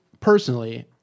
personally